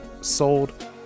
sold